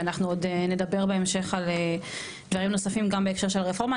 ואנחנו עוד נדבר בהמשך על דברים נוספים גם בהקשר של הרפורמה,